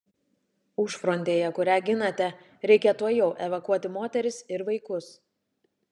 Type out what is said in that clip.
užfrontėje kurią ginate reikia tuojau evakuoti moteris ir vaikus